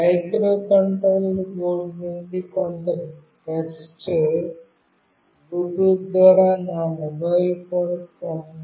microcontroller board నుండి కొంత text Bluetooth ద్వారా నా మొబైల్ ఫోన్కు పంపబడుతుంది